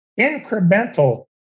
Incremental